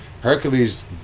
Hercules